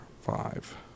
five